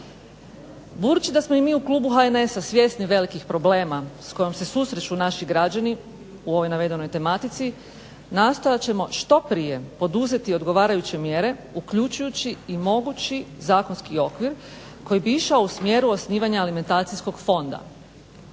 Budući da smo i mi u klubu HNS-a svjesni velikih problema s kojima se susreću naši građani u ovoj navedenoj tematici nastojat ćemo što prije poduzeti odgovarajuće mjere, uključujući i mogući zakonski okvir koji bi išao u smjeru osnivanja alimentacijskog fonda.